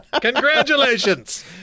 Congratulations